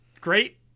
Great